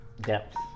depth